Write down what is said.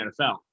NFL